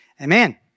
Amen